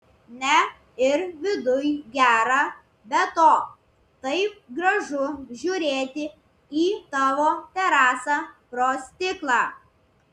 ne ir viduj gera be to taip gražu žiūrėti į tavo terasą pro stiklą